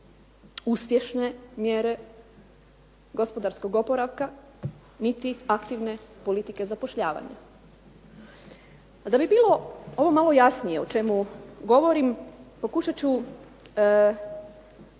uspješne mjere gospodarskog oporavka niti aktivne politike zapošljavanja. A da bi bilo ovo malo jasnije o čemu govorim, pokušat ću